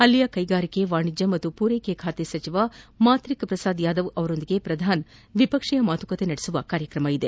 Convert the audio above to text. ಅಲ್ಲಿನ ಕೈಗಾರಿಕೆ ವಾಣಿಜ್ಜ ಮತ್ತು ಪೂರೈಕೆ ಖಾತೆ ಸಚಿವ ಮಾತ್ರಿಕಪ್ರಸಾದ್ ಯಾದವ್ ಅವರೊಂದಿಗೆ ಪ್ರದಾನ್ ದ್ವಿಪಕ್ಷೀಯ ಮಾತುಕತೆ ನಡೆಸುವ ಕಾರ್ಯಕ್ರಮವಿದೆ